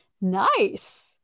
Nice